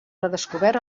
redescobert